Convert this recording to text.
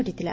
ଘଟିଥିଲା